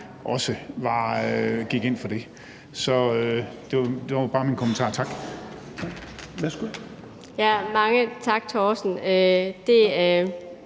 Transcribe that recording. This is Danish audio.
også gik ind for det. Så det var bare min kommentar. Tak. Kl. 18:20 Fjerde